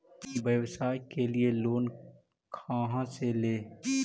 व्यवसाय के लिये लोन खा से ले?